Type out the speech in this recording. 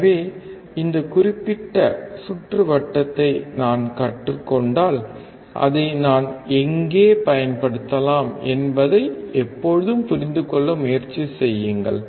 எனவே இந்தக் குறிப்பிட்ட சுற்றுவட்டத்தை நான் கற்றுக்கொண்டால் அதை நான் எங்கே பயன்படுத்தலாம் என்பதை எப்போதும் புரிந்து கொள்ள முயற்சி செய்யுங்கள்